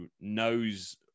knows